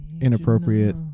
inappropriate